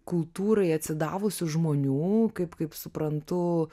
kultūrai atsidavusių žmonių kaip kaip suprantu